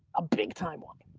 a big time one.